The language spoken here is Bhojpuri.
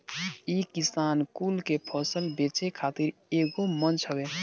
इ किसान कुल के फसल बेचे खातिर एगो मंच हवे